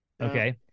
Okay